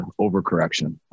overcorrection